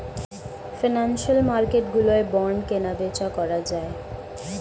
financial মার্কেটগুলোয় bond কেনাবেচা করা যায়